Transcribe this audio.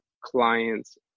clients